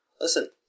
Listen